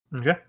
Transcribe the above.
Okay